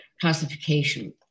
classification